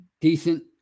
decent